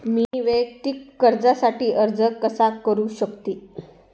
मी वैयक्तिक कर्जासाठी अर्ज कसा करु शकते?